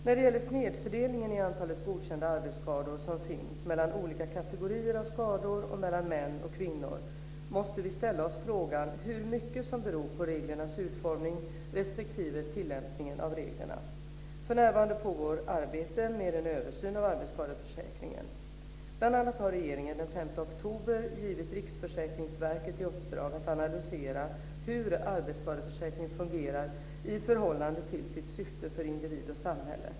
När det gäller den snedfördelning i antalet godkända arbetsskador som finns mellan olika kategorier av skador och mellan män och kvinnor måste vi ställa oss frågan hur mycket som beror på reglernas utformning respektive tillämpningen av reglerna. För närvarande pågår arbete med en översyn av arbetsskadeförsäkringen. Bl.a. har regeringen den 5 oktober givit Riksförsäkringsverket i uppdrag att analysera hur arbetsskadeförsäkringen fungerar i förhållande till sitt syfte för individ och samhälle.